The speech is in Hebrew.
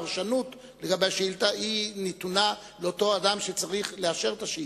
הפרשנות לגביה נתונה לאדם שצריך לאשר אותה.